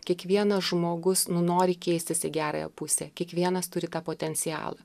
kiekvienas žmogus nu nori keistis į gerąją pusę kiekvienas turi tą potencialą